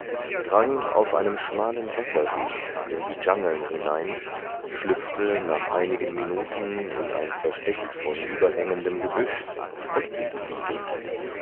drang auf einem schmalen wasserweg in die dschangeln hinein schlüpfte nach einigen minuten in ein versteck von überhängendem gebüsch und blieb liegen